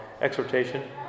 exhortation